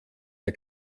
der